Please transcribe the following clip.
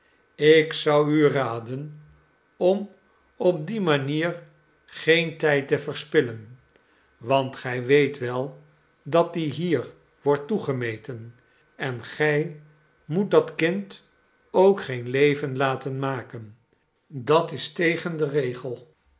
ik zou u raden om op die nelly manier geen tijd te verspiilen want gij weet wel dat die hier wordt toegemeten en gij moet dat kind ook geen leven laten maken dat is tegen den regel